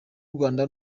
rwanda